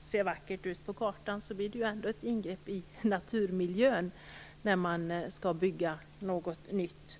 ser vackert ut på kartan blir det ändå ett ingrepp i naturmiljön när man skall bygga något nytt.